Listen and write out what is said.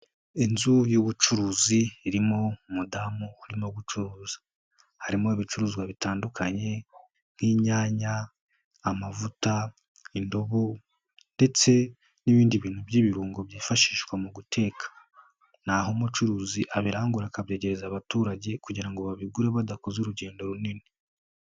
Inzu y'ubucuruzi irimo umudamu urimo gucuruza harimo ibicuruzwa bitandukanye nk'inyanya, amavuta, indobo ndetse n'ibindi bintu by'ibirungo byifashishwa mu guteka. Niho umucuruzi abirangura akabyegereza abaturage kugira ngo babigure badakoze urugendo runini.